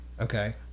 Okay